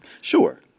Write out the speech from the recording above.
Sure